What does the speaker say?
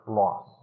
loss